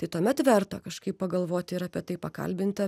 tai tuomet verta kažkaip pagalvoti ir apie tai pakalbinti